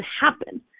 happen